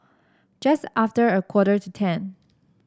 just after a quarter to ten